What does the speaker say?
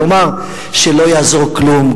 לומר שלא יעזור כלום,